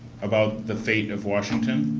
about the fate of washington.